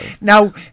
now